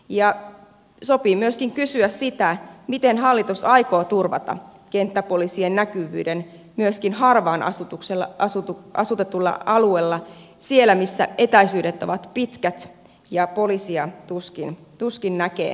ja sopii myöskin kysyä miten hallitus aikoo turvata kenttäpoliisien näkyvyyden myöskin harvaan asutetulla alueella siellä missä etäisyydet ovat pitkät ja poliisia tuskin näkee ainakaan päivittäin